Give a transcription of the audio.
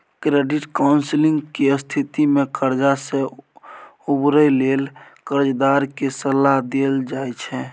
credit counselling के स्थिति में कर्जा से उबरय लेल कर्जदार के सलाह देल जाइ छइ